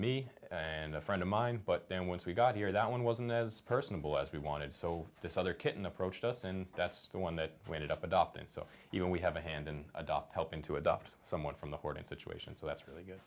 me and a friend of mine but then once we got here that one wasn't as personable as we wanted so this other kitten approached us and that's the one that pointed up adopted so you know we have a hand and adopt helping to adopt someone from the hoarding situation so that's really good